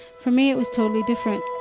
for me it was totally different